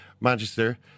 Manchester